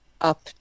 up